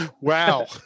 wow